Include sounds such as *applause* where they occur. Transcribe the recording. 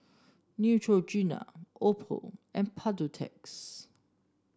Neutrogena Oppo and *unintelligible*